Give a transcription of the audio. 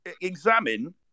examine